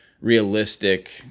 realistic